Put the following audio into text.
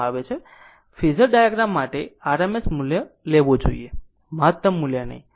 phasor diagram માટે RMS મૂલ્ય લેવો જોઈએ મહત્તમ મૂલ્ય નહિ